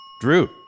Drew